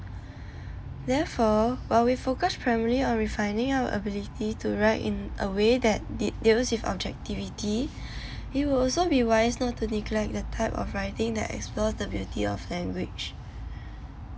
therefore while we focus primarily on refining our ability to write in a way that de~ deals with objectivity it will also be wise not to neglect the type of writing that explores the beauty of language